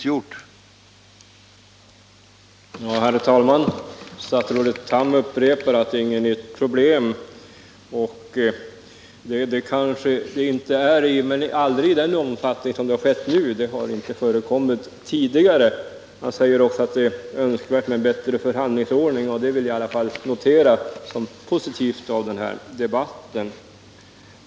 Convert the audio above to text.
Herr talman! Statsrådet Tham upprepar att detta inte är något nytt problem. Det kanske det inte är, men det har aldrig tidigare förekommit i så stor omfattning som nu. Statsrådet säger också att det är önskvärt med en bättre förhandlingsordning, och det vill jag notera såsom positivt i den här debatten.